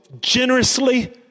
generously